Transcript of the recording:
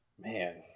Man